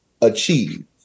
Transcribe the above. Achieve